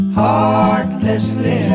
heartlessly